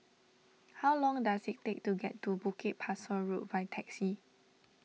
how long does it take to get to Bukit Pasoh Road by taxi